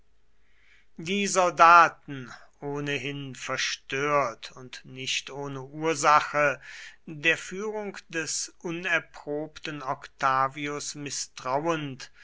die soldaten ohnehin verstört und nicht ohne ursache der führung des unerprobten octavius mißtrauend